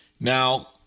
Now